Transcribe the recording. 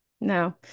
no